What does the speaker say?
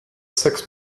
six